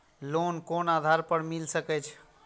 Loan कोन आधार पर मिल सके छे?